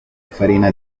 farina